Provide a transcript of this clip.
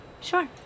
Sure